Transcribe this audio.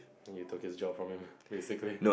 you took his job from him basically